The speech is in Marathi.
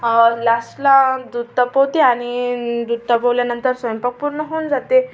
लास्टला दूध तापवते आणि दूध तापवल्यानंतर स्वयंपाक पूर्ण होऊन जाते